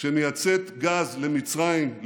שמייצאת גז למצרים,